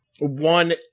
one